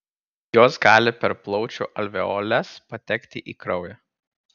jos gali per plaučių alveoles patekti į kraują